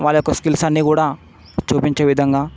skills అన్నీ కూడా చూపించే విధంగా